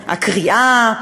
הקריאה,